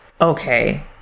Okay